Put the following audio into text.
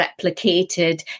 replicated